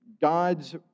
God's